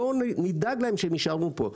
בואו ונדאג להם שהם יישארו פה.